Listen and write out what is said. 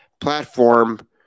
platform